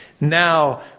now